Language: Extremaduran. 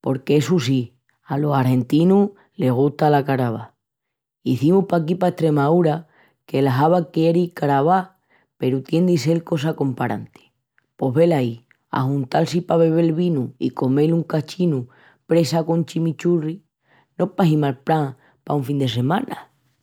porque essu sí, alos argentinus les gusta la carava. Izimus paquí pa Estremaúra que la hava quieri carava peru tien de sel cosa comparanti. Pos velaí, ajuntal-si pa bebel vinu i comel un cachinu presa con chimichurri. No pahi mal pran pa una fin de semana.